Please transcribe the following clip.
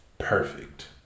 Perfect